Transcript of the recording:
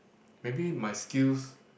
maybe my skills